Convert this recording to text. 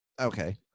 Okay